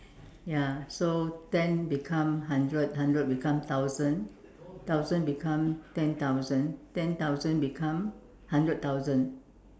ya so ten become hundred hundred become thousand thousand become ten thousand ten thousand become hundred thousand